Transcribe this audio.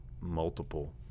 multiple